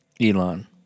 Elon